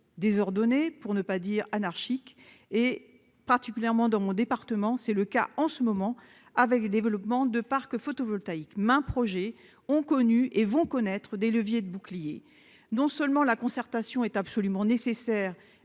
désordonnée, pour ne pas dire anarchique et particulièrement dans mon département, c'est le cas en ce moment avec développement de parcs photovoltaïques main projets ont connu et vont connaître des leviers de bouclier non seulement la concertation est absolument nécessaire,